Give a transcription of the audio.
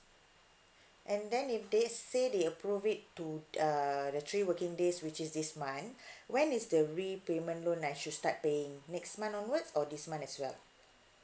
and then if they say they approve it to t~ uh the three working days which is this month when is the repayment loan I should start paying next month onwards or this month as well